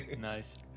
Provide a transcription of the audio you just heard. Nice